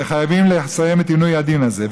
וחייבים לסיים את עינוי הדין הזה.